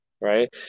right